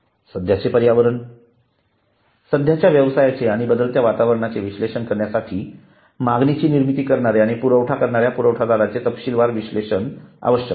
सध्याचे पर्यावरण सध्याच्या व्यवसायाचे आणि बदलत्या वातावरणाचे विश्लेषण करण्यासाठी मागणीची निर्मिती करणारे आणि पुरवठा करणाऱ्या पुरवठादारांचे तपशीलवार विश्लेषण आवश्यक आहे